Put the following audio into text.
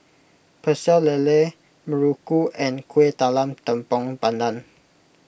Pecel Lele Muruku and Kuih Talam Tepong Pandan